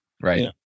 Right